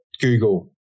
Google